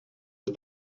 het